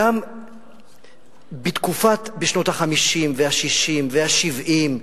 גם בשנות ה-50 וה-60 וה-70,